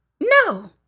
No